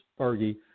Fergie